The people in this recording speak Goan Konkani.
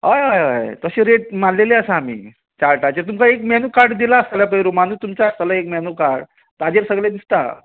हय हय हय तशी रेट मारलेली आसा आमी चार्टाचेर तुमकां एक मेन्यू कार्ड दिलां आसतलें पय रुमानच तुमच्या आसतलें एक मेन्यू कार्ड ताजेर सगळें दिसता